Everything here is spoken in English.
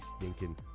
stinking